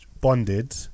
bonded